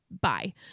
bye